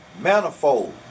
Manifold